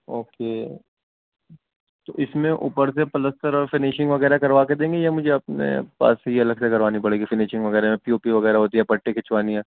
okay تو اس میں اوپر سے پلستر اور فنیشنگ وغیرہ کروا کے دیں گے یا مجھے اپنے پاس ہی الگ سے کروانی پڑے گی فنیشنگ وغیرہ پی او پی وغیرہ ہوتی ہے پٹی کھینچوانی ہے